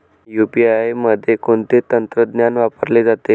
UPI मध्ये कोणते तंत्रज्ञान वापरले जाते?